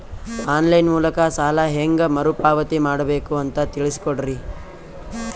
On line ಮೂಲಕ ಸಾಲ ಹೇಂಗ ಮರುಪಾವತಿ ಮಾಡಬೇಕು ಅಂತ ತಿಳಿಸ ಕೊಡರಿ?